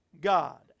God